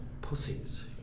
pussies